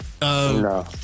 no